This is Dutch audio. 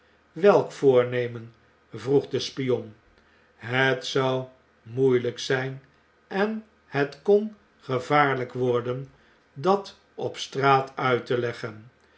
welk voornemen vroeg de spion het zou moeilijk zyn en het kon gevaarlyk worden dat op straat uit te leggen